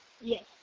yes